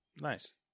Nice